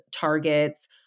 targets